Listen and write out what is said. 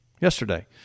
yesterday